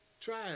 Try